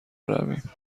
برویم